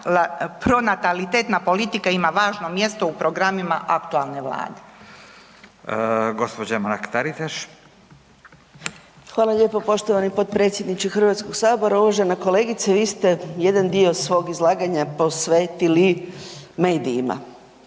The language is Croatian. pronatalitetna politika ima važno mjesto u programima aktualne vlade.